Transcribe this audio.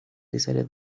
decided